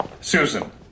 Susan